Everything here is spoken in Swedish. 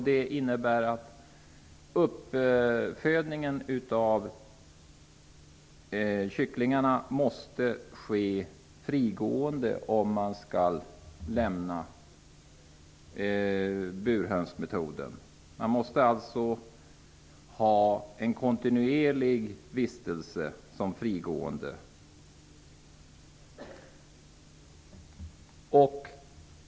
Det innebär att uppfödningen, om burhönsmetoden skall frångås, måste ske genom att kycklingarna är frigående. De måste alltså kontinuerligt vara frigående.